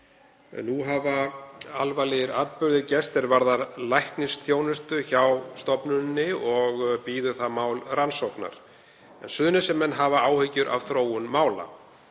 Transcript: nú hafa alvarlegir atburðir gerst er varða læknisþjónustu hjá stofnuninni og bíður það mál rannsóknar. Suðurnesjamenn hafa áhyggjur af þróun mála.